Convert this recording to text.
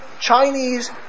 Chinese